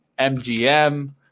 MGM